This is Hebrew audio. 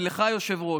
ולך, היושב-ראש,